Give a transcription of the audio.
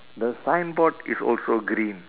the signboard is also green